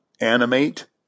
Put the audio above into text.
animate